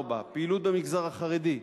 4. פעילות במגזר החרדי,